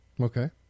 Okay